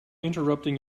interrupting